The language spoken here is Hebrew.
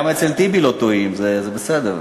גם אצל טיבי לא טועים, זה בסדר.